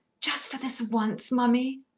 just for this once, mummy.